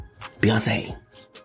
Beyonce